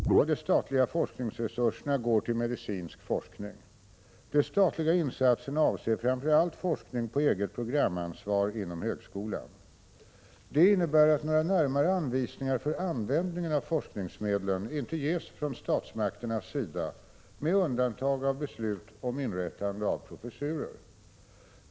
Herr talman! Margitta Edgren har frågat mig om regeringen avser att avhända staten ansvaret för omvårdnadsforskningens utveckling. En betydande del av de statliga forskningsresurserna går till medicinsk forskning. De statliga insatserna avser framför allt forskning på eget programansvar inom högskolan. Det innebär att några närmare anvisningar för användningen av forskningsmedlen inte ges från statsmakternas sida med undantag av beslut om inrättande av professurer.